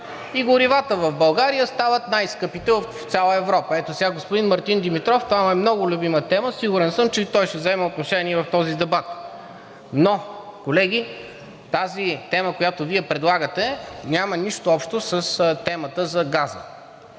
и горивата в България стават най-скъпите от цяла Европа. Ето сега, на господин Мартин Димитров това му е много любима тема – сигурен съм, че и той ще вземе отношение в този дебат. Но, колеги, тази тема, която Вие предлагате, няма нищо общо с темата за газа.